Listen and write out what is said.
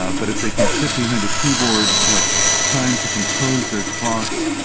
ah but if they can sit behind a keyboard, have time to compose their thoughts,